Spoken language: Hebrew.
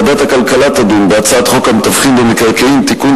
ועדת הכלכלה תדון בהצעת חוק המתווכים במקרקעין (תיקון,